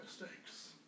mistakes